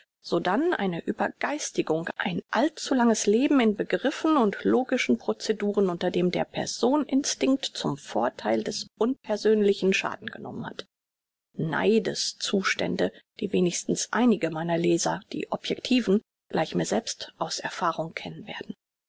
sodann eine übergeistigung ein allzulanges leben in begriffen und logischen proceduren unter dem der person instinkt zum vortheil des unpersönlichen schaden genommen hat neides zustände die wenigstens einige meiner leser die objektiven gleich mir selbst aus erfahrung kennen werden